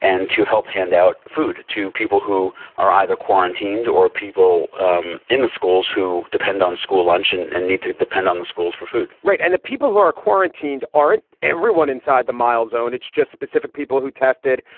and to help hand out food to people who are either quarantined or people um in the schools who depend on school lunch and and need to depend on the schools for food right. and the people who are quarantined aren't everyone inside the mile zone. it's just specific people who tested,